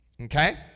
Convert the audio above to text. Okay